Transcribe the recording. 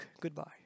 Goodbye